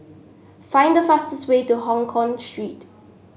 find the fastest way to Hongkong Street